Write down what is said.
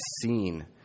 seen